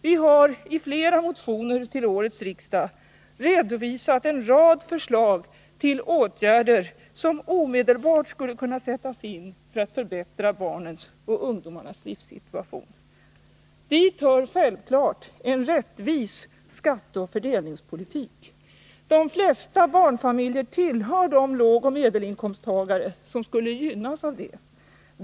Vi har i flera motioner till årets riksmöte redovisat en rad förslag till åtgärder som omedelbart skulle kunna sättas in för att förbättra barnens och ungdomarnas livssituation. Dit hör självfallet en rättvis skatteoch fördelningspolitik. De flesta barnfamiljer tillhör de lågoch medelinkomsttagare som skulle gynnas av det.